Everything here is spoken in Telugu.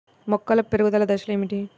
మొక్కల పెరుగుదల దశలు ఏమిటి?